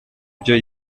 byo